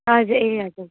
हजुर ए हजुर